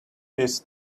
his